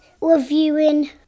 reviewing